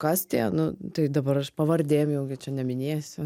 kas tie nu tai dabar aš pavardėm jau gi čia neminėsiu